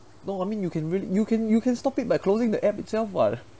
no I mean you can rea~ you can you can stop it by closing the app itself [what]